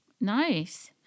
Nice